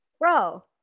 Bro